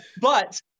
But-